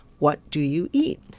what do you eat?